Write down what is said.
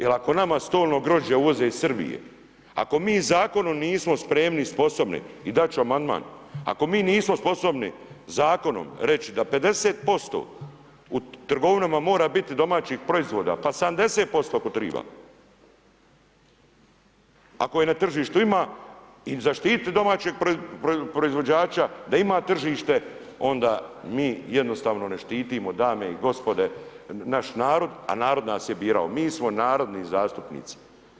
Jer ako nama stolno grožđe uvoze iz Srbije, ako mi zakonom nismo spremni i sposobni i dati ću vam amandman, ako mi nismo sposobni zakonom reći, da 50% u trgovinama mora biti domaćih proizvoda, pa 70% ako treba, ako je na tržištu ima i zaštiti domaćeg proizvođača, da ima tržište, onda mi jednostavno ne štitimo, dame i gospode, naš narod, a narod nas je birao, mi smo narodni zastupnici.